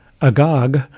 Agog